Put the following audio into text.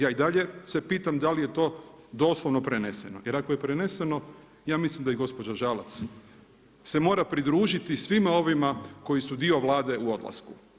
Ja i dalje se pitam da li je to doslovno preneseno – jer ako je preneseno ja mislim da i gospođa Žalac se mora pridružiti svima ovima koji su dio Vlade u odlasku.